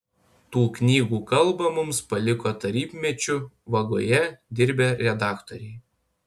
tų knygų kalbą mums paliko tarybmečiu vagoje dirbę redaktoriai